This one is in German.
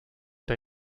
der